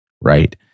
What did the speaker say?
right